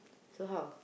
so how